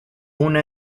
una